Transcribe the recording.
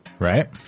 Right